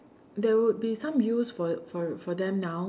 there would be some use for for for them now